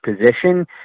position